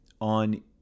on